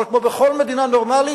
אבל כמו בכל מדינה נורמלית,